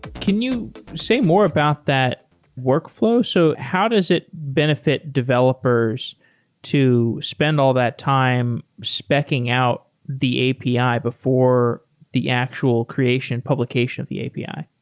can you say more about that workflow? so how does it benefit developers to spend all that time specking out the api before the actual creation publication of the api? yeah